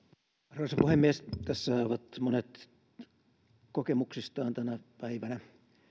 arvoisa puhemies tässähän ovat monet kertoneet kokemuksistaan tänä päivänä